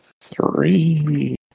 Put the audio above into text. three